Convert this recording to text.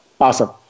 Awesome